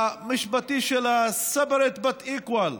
המשפטי של separate but equal.